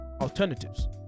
alternatives